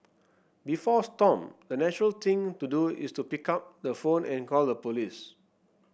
before Stomp the natural thing to do is to pick up the phone and call the police